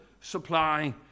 supply